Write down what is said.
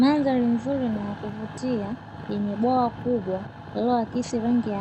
Mandhari nzuri na ya kuvutia yenye bwawa kubwa linaloakisi